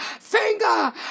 finger